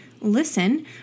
listen